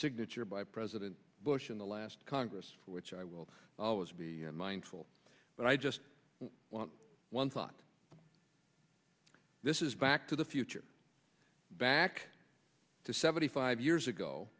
signature by president bush in the last congress which i will always be mindful but i just want one thought this is back to the future back to seventy five years ago